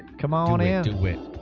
come on a and